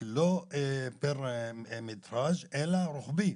לא פר מטראז' אלא רוחבי.